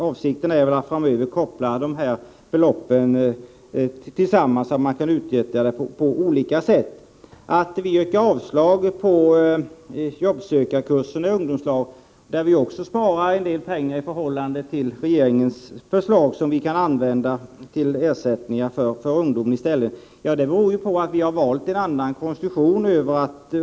Att vi yrkar avslag på regeringens förslag beträffande jobbsökarkurser i ungdomslag — där vi spar en del pengar i förhållande till regeringens förslag, pengar som vi i stället kan använda för ersättningar till ungdomar — beror på att vi har valt en annan konstruktion.